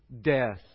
Death